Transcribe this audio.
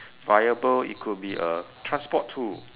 viable it could be a transport tool